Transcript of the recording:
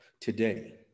Today